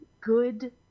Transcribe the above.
good